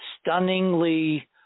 stunningly